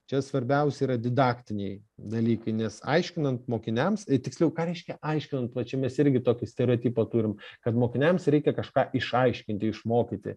čia svarbiausia yra didaktiniai dalykai nes aiškinant mokiniams i tiksliau ką reiškia aiškinant va čia mes irgi tokį stereotipą turim kad mokiniams reikia kažką išaiškinti išmokyti